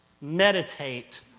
Meditate